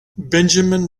benjamin